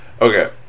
Okay